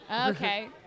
Okay